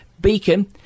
Beacon